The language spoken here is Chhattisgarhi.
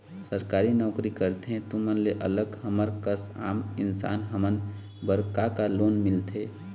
सरकारी नोकरी करथे तुमन ले अलग हमर कस आम इंसान हमन बर का का लोन मिलथे?